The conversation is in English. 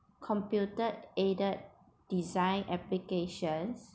computer aided design applications